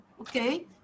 okay